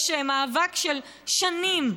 יש מאבק של שנים,